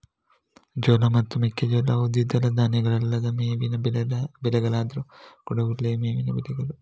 ಜೋಳ ಮತ್ತು ಮೆಕ್ಕೆಜೋಳವು ದ್ವಿದಳ ಧಾನ್ಯಗಳಲ್ಲದ ಮೇವಿನ ಬೆಳೆಗಳಾದ್ರೂ ಕೂಡಾ ಒಳ್ಳೆಯ ಮೇವಿನ ಬೆಳೆಗಳು